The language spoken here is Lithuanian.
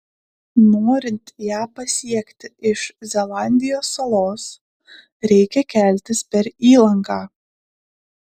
norint ją pasiekti iš zelandijos salos reikia keltis per įlanką